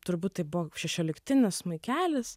turbūt tai buvo šešioliktinis smuikelis